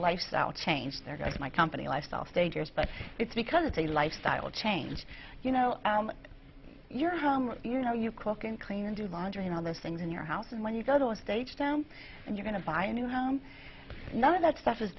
lifestyle change there goes my company lifestyle stagers but it's because it's a lifestyle change you know your home you know you cook and clean and do laundry and all those things in your house and when you go to the stage down and you're going to buy a new home none of that stuff is